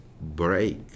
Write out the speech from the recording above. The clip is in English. break